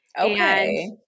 Okay